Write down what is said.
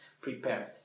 prepared